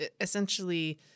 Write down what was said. essentially